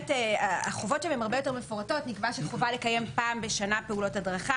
החובות שם הרבה יותר מפורטות: נקבע שחובה לקיים פעם בשנה פעולות הדרכה.